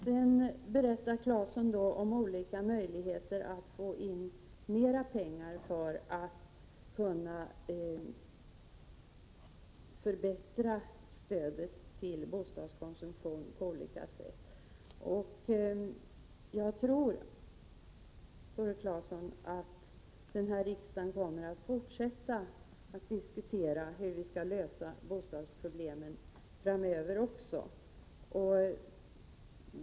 Tore Claeson berättar om olika möjligheter att få in mer pengar för att på olika sätt kunna förbättra stödet till bostadskonsumtion. Jag tror, Tore Claeson, att riksdagen även framöver kommer att diskutera hur vi skall lösa bostadsproblemen.